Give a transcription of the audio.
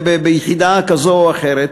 ביחידה כזאת או אחרת,